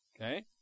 Okay